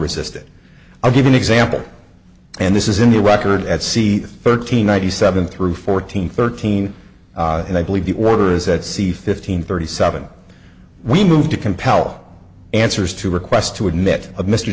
resist it i'll give an example and this is in the record at c thirteen ninety seven through fourteen thirteen and i believe the order is at c fifteen thirty seven we moved to compel answers to request to admit of mr